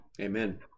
Amen